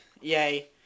Yay